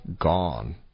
gone